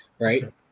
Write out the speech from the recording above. Right